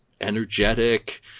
energetic